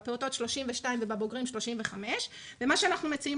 בפעוטות 32 ובבוגרים 35. מה שאנחנו מציעים